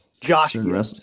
Joshua